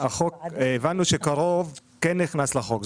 הבנו ש-קרוב כן נכנס לחוק.